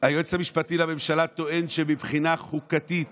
והיועץ המשפטי לממשלה טוען שמבחינה חוקתית